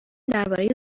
درباره